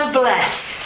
blessed